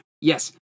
Yes